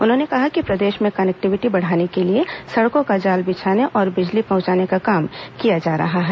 उन्होंने कहा कि प्रदेश में कनेक्टिविटी बढ़ाने के लिए सड़कों का जाल बिछाने और बिजली पहुंचाने का काम किया जा रहा है